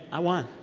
i won